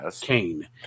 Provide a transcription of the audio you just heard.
Cain